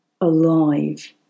alive